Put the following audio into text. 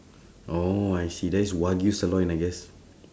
oh I see that's wagyu sirloin I guess